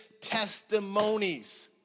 testimonies